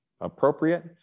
appropriate